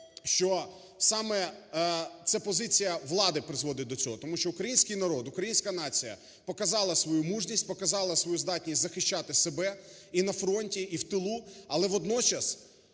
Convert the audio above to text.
що саме це позиція влади призводить до цього. Тому що український народ, українська нація, показала свою мужність, показала свою здатність захищати себе і на фронті, і в тилу. Але водночас